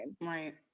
Right